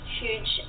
huge